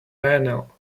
banal